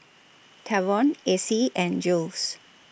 Tavon Acie and Jules